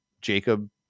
Jacob